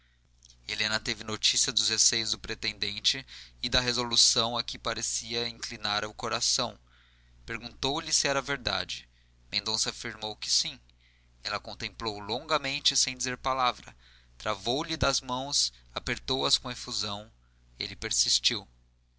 helena teve notícia dos receios do pretendente e da resolução a que parecia inclinar o coração perguntou-lhe se era verdade mendonça afirmou que sim ela contemplou-o longamente sem dizer palavra travou-lhe das mãos apertou as com efusão ele persistiu